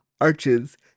arches